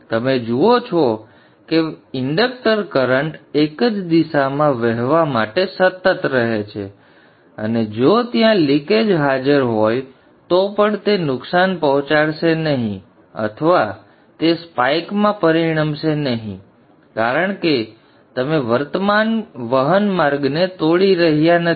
તેથી તમે જુઓ છો કે પ્રેરક કરન્ટ એક જ દિશામાં વહેવા માટે સતત રહે છે અને જો ત્યાં લિકેજ હાજર હોય તો પણ તે નુકસાન પહોંચાડશે નહીં અથવા તે સ્પાઇકમાં પરિણમશે નહીં કારણ કે તમે વર્તમાન વહન માર્ગને તોડી રહ્યા નથી